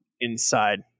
inside